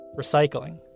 Recycling